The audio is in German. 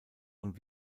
und